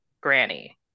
granny